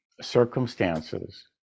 circumstances